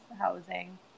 housing